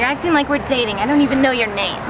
acting like we're taping i don't even know your name